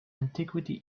antiquity